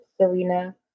Serena